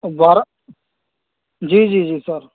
بارہ جی جی سر